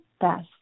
best